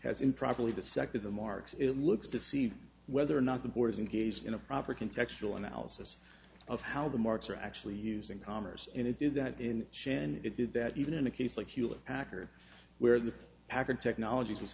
has improperly the sector the marks it looks to see whether or not the board is engaged in a proper contextual analysis of how the marks are actually using commerce and it did that in shannon and it did that even in a case like hewlett packard where the packard technology has